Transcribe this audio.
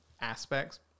aspects